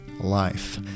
life